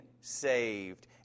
saved